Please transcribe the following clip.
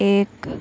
एक